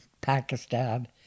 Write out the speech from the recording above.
Pakistan